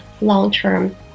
long-term